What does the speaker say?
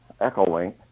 echolink